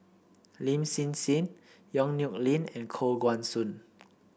Lin Hsin Hsin Yong Nyuk Lin and Koh Guan Song